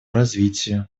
развитию